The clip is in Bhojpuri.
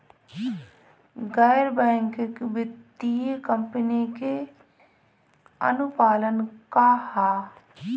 गैर बैंकिंग वित्तीय कंपनी के अनुपालन का ह?